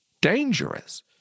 dangerous